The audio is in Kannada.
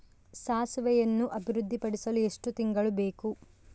ಸಾಸಿವೆಯನ್ನು ಅಭಿವೃದ್ಧಿಪಡಿಸಲು ಎಷ್ಟು ತಿಂಗಳು ಬೇಕು?